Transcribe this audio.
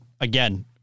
again